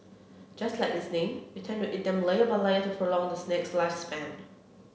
just like its name we tend to eat them layer by layer to prolong the snack's lifespan